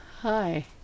hi